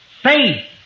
faith